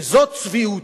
וזו צביעות.